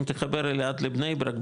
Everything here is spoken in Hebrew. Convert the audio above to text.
אם תחבר אלעד לבני ברק,